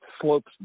slopes